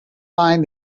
find